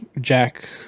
Jack